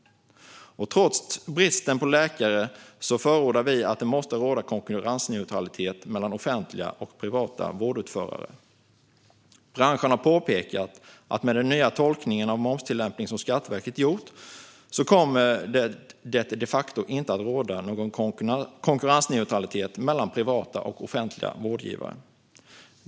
Trots bristen på läkare anser vi att det måste råda konkurrensneutralitet mellan offentliga och privata vårdutförare. Branschen har påpekat att med den nya tolkningen av momstillämpning som Skatteverket gjort kommer det de facto inte längre att råda konkurrensneutralitet mellan privata och offentliga vårdgivare.